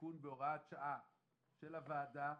בתיקון ובהוראת שעה של הוועדה,